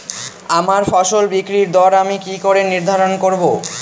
আমার ফসল বিক্রির দর আমি কি করে নির্ধারন করব?